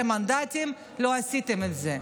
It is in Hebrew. ו-15 מנדטים, לא עשיתם את זה?